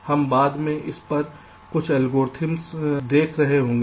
इसलिए हम बाद में इस पर कुछ एल्गोरिदम देख रहे होंगे